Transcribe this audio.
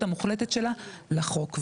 בכפיפות המוחלטת שלה לחוק.